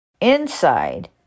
inside